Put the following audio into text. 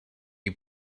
you